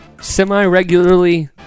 semi-regularly